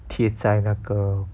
贴在那个